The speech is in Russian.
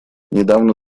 недавно